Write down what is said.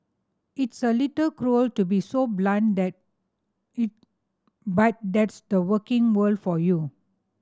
it's a little cruel to be so blunt that it but that's the working world for you